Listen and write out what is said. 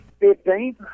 Fifteen